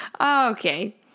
Okay